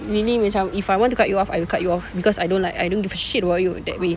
meaning macam if I want to cut you off I will cut you off because I don't like I don't give a shit about you that way